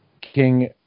King